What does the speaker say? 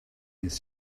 this